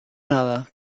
nada